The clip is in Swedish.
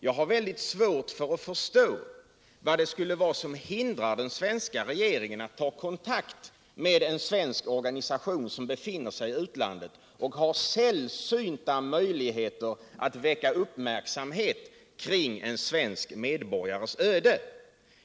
Jag har mycket svårt att förstå vad som skulle hindra den svenska regeringen från att ta kontakt med en svensk organisation, vars företrädare befinner sig i utlandet och har sällsynta möjligheter att väcka uppmärksamhet kring en svensk medborgares öde.